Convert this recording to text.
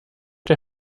der